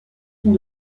sont